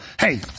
Hey